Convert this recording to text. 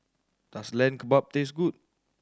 does Lamb Kebab taste good